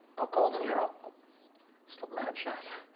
i'll call de niro, i'll slip him and yeah